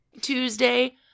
Tuesday